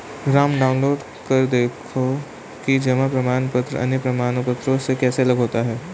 Ram download कर देखो कि जमा प्रमाण पत्र अन्य प्रमाण पत्रों से कैसे अलग होता है?